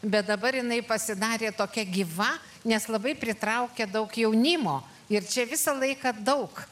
bet dabar jinai pasidarė tokia gyva nes labai pritraukia daug jaunimo ir čia visą laiką daug